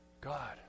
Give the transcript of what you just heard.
God